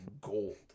gold